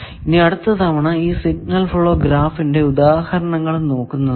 ഇനി അടുത്ത തവണ ഈ സിഗ്നൽ ഫ്ലോ ഗ്രാഫിന്റെ ഉദാഹരണങ്ങൾ നോക്കുന്നതാണ്